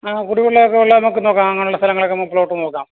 ആ കുടിവെള്ളമൊക്കെ ഉള്ള നമുക്ക് നോക്കാം അങ്ങനുള്ള സ്ഥലങ്ങളൊക്കെ നമുക്ക് പ്ലോട്ട് നോക്കാം